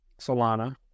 Solana